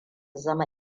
zama